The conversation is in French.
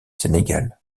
sénégal